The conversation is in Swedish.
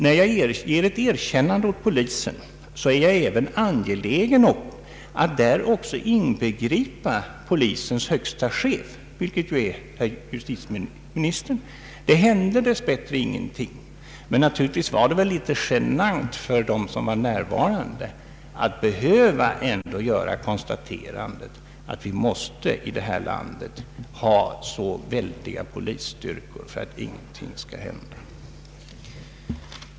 När jag ger mitt erkännande till polisens arbete är jag angelägen framhålla att jag i detta också inbegriper polisens högste chef, alltså justitieministern. Vid tillfället i fråga hände inte något speciellt i demonstrationsväg, men det var naturligtvis litet genant att de närvarande ändå kunde konstatera att vi i detta land måste dra samman utomordentligt stora polisstyrkor för att inga obehagligheter skall inträffa.